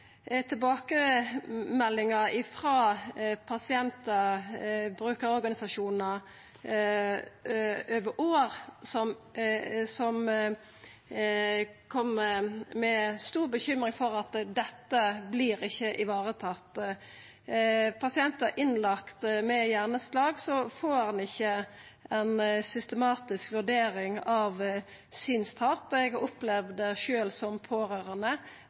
tilbakemeldingar frå pasientar og brukarorganisasjonar over år, som har stor bekymring for at dette ikkje vert varetatt. Pasientar som vert lagde inn med hjerneslag, får ikkje ei systematisk vurdering av synstap. Eg har opplevd det sjølv, som pårørande.